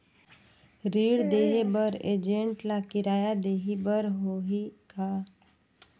ऋण देहे बर एजेंट ला किराया देही बर होही का?